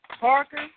Parker